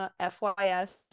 FYS